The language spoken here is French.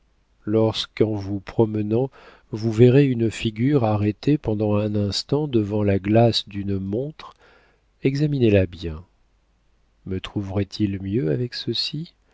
lorsqu'en vous promenant vous verrez une figure arrêtée pendant un instant devant la glace d'une montre examinez-la bien me trouverait-il mieux avec ceci